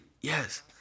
yes